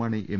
Mani M